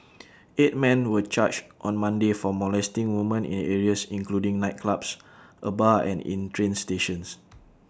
eight men were charged on Monday for molesting woman in areas including nightclubs A bar and in train stations